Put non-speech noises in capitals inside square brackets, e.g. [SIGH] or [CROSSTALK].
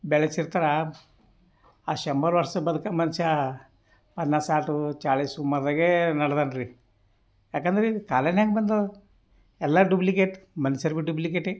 ಬೆಳ್ಸಿರ್ತಾರೆ ಆ ಶಂಬರ್ ವರ್ಷ ಬದ್ಕೋ ಮನುಷ್ಯ [UNINTELLIGIBLE] ಸಾಟೂ ಚಾಳಿಸು ಉಮ್ಮರ್ದಾಗೆ ನಡ್ದಾನ ರೀ ಯಾಕಂದರೆ ಈಗ ಕಾಲವೇ ಹಂಗ್ ಬಂದಾವ ಎಲ್ಲ ಡುಬ್ಲಿಕೇಟ್ ಮನುಷ್ಯರ್ ಬಿ ಡುಬ್ಲಿಕೇಟೆ